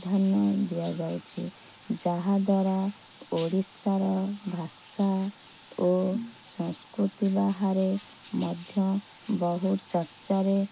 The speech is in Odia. ଧ୍ୟାନ ଦିଆଯାଉଛି ଯାହା ଦ୍ଵାରା ଓଡ଼ିଶାର ଭାଷା ଓ ସଂସ୍କୃତି ବାହାରେ ମଧ୍ୟ ବହୁ ଚର୍ଚ୍ଚାରେ